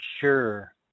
sure